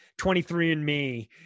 23andMe